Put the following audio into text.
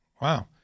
Wow